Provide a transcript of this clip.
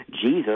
Jesus